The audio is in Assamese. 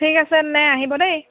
ঠিক আছে তেনে আহিব দেই